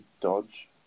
dodge